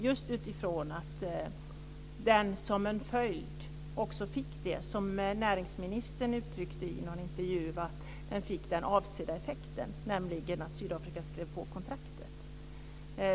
Jag kritiserade den just utifrån att den, som näringsministern uttryckte saken i någon intervju, fick den avsedda effekten, nämligen att Sydafrika skrev på kontraktet.